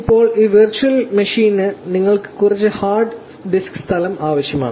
ഇപ്പോൾ ഈ വെർച്വൽ മെഷീനിനായി നിങ്ങൾക്ക് കുറച്ച് ഹാർഡ് ഡിസ്ക് സ്ഥലവും ആവശ്യമാണ്